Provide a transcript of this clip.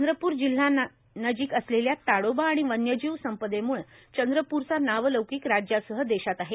चंद्रपूर जिल्ह्यानाजिक असलेल्या ताडोबा आणि वन्यजीव संपदेमुळं चंद्रपूरचा नावलौकिक राज्यासह देशात आहे